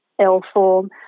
L-form